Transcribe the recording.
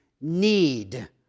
need